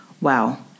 wow